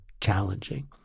challenging